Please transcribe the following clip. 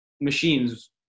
machines